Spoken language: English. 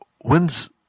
when's